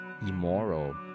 immoral